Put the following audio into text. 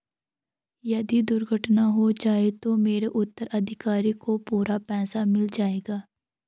यदि दुर्घटना हो जाये तो मेरे उत्तराधिकारी को पूरा पैसा मिल जाएगा?